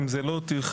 אם זה לא טרחה,